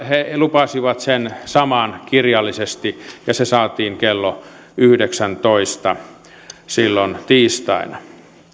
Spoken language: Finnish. he lupasivat sen saman kirjallisesti ja se saatiin kello yhdeksäntoista silloin tiistaina